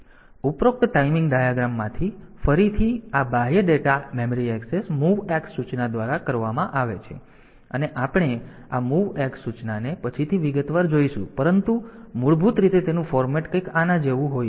ઉપરોક્ત ટાઈમિંગ ડાયાગ્રામમાંથી ફરીથી આ બાહ્ય ડેટા મેમરી એક્સેસ MOVX સૂચના દ્વારા કરવામાં આવે છે અને આપણે આ MOVX સૂચનાને પછીથી વિગતવાર જોઈશું પરંતુ મૂળભૂત રીતે તેનું ફોર્મેટ કંઈક આના જેવું હોય છે